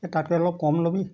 এই তাতকৈ অলপ কম ল'বি